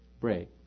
break